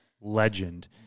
legend